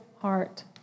heart